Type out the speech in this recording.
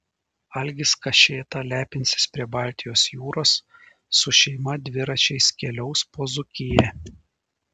algis kašėta lepinsis prie baltijos jūros su šeima dviračiais keliaus po dzūkiją